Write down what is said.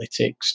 analytics